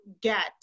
get